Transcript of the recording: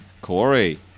Corey